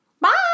Bye